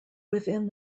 within